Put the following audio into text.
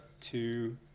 two